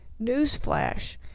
newsflash